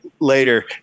later